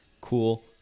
cool